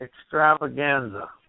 extravaganza